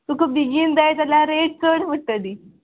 तुका बेगीन जाय जाल्यार रेट चड पडटली